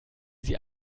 sie